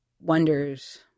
wonders